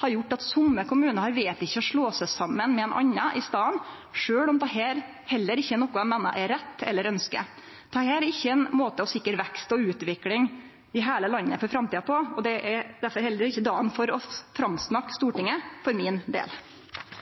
har gjort at somme kommunar har vedteke å slå seg saman med ein annan i staden, sjølv om dette heller ikkje er noko dei meiner er rett eller ønskjer. Dette er ikkje ein måte å sikre vekst og utvikling i heile landet for framtida på, og derfor er ikkje dette dagen for å framsnakke Stortinget for min del.